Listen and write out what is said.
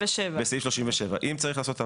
בסעיף 37. אם צריך לעשות הבהרה.